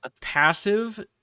passive